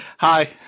Hi